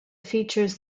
features